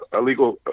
illegal